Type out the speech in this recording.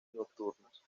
nocturnas